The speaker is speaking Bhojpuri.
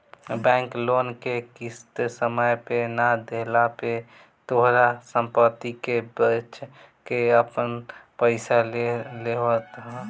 बैंक लोन के किस्त समय पे ना देहला पे तोहार सम्पत्ति के बेच के आपन पईसा ले लेवत ह